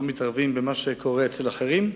שלא מתערבים במה שקורה אצל אחרים,